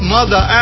Mother